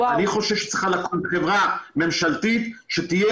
אני חושב שצריכה לקום חברה ממשלתית שתהיה